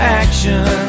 action